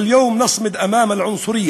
והיום אנו עומדים איתן נגד הגזענות.